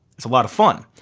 it's a lot of fun.